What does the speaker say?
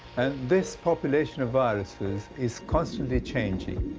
and this population of viruses is constantly changing.